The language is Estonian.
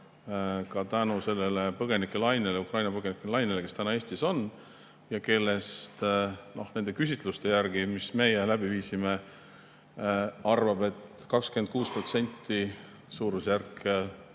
tänu sellele põgenikelainele, Ukraina põgenikele, kes täna Eestis on ja kellest nende küsitluste järgi, mis meie läbi viisime, arvab 26%,